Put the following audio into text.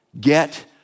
get